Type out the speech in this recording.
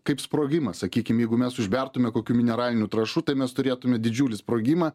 kaip sprogimas sakykim jeigu mes užbertume kokių mineralinių trąšų tai mes turėtume didžiulį sprogimą